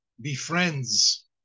befriends